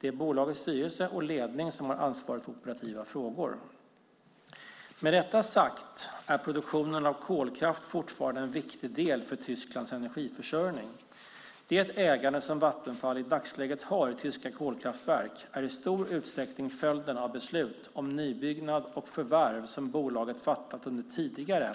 Det är bolagets styrelse och ledning som har ansvaret för operativa frågor. Med detta sagt är produktionen av kolkraft fortfarande en viktig del för Tysklands energiförsörjning. Det ägande som Vattenfall i dagsläget har i tyska kolkraftverk är i stor utsträckning följden av beslut om nybyggnad och förvärv som bolaget fattat under tidigare,